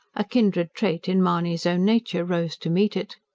a kindred trait in mahony's own nature rose to meet it.